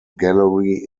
gallery